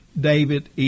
David